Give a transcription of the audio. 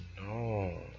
no